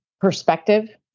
perspective